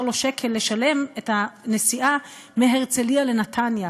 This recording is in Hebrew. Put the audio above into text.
לו שקל לשלם את הנסיעה מהרצליה לנתניה.